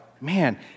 man